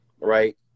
right